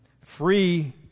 Free